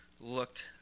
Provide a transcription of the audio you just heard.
looked